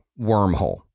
wormhole